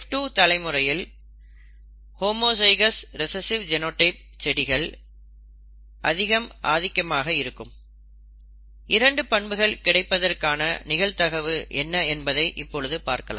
F2 தலை முறையில் homozygous recessive genotype செடிகளில் ஆதிக்கம் அதிகமாக இருக்கும் இரண்டு பண்புகள் கிடைப்பதற்கான நிகழ்தகவு என்ன என்பதை இப்பொழுது பார்க்கலாம்